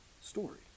story